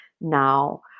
now